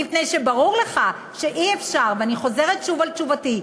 מפני שברור לך שאי-אפשר ואני חוזרת על תשובתי,